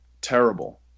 terrible